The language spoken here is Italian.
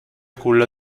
culla